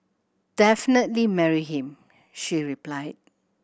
definitely marry him she replied